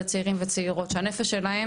בצפון קוריאה,